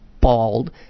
bald